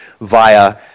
via